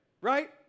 right